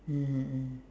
mmhmm mm